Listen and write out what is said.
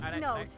no